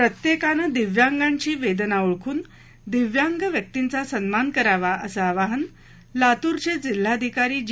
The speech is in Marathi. प्रत्येकानं दिव्यांगाची वेदना ओळखून दिव्यांग व्यक्तींचा सन्मान करावा असं आवाहन लातूरचे जिल्हाधिकारी जी